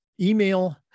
Email